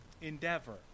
endeavor